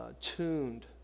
tuned